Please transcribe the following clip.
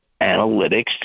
analytics